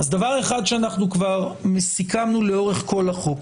אז דבר אחד שאנחנו כבר סיכמנו לאורך כל החוק: